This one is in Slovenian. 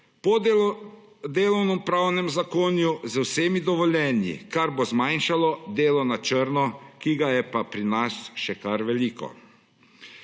po delovnopravnem zakonu z vsemi dovoljenji, kar bo zmanjšalo delo na črno, ki ga je pa pri nas še kar veliko.